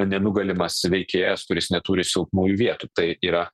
nenugalimas veikėjas kuris neturi silpnųjų vietų tai yra